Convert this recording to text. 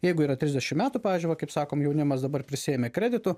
jeigu yra trisdešimt metų pavyzdžiui va kaip sakom jaunimas dabar prisiėmė kreditų